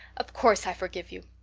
of course i forgive you.